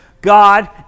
God